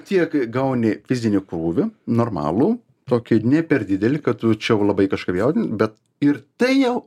tiek gauni fizinį krūvį normalų tokį ne per didelį kad tu čia jau labai kažką jaudini bet ir tai jau